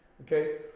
okay